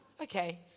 okay